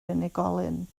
unigolyn